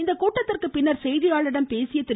இக்கூட்டத்திற்கு பின்னர் செய்தியாளர்களிடம் பேசிய திரு